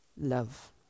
love